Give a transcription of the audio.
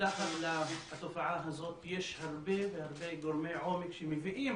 מתחת לתופעה הזאת יש הרבה גורמי עומק שמביאים